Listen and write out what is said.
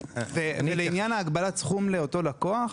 לעניין הגבלת הסכום לאותו לקוח: